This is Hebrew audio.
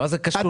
מה זה קשור?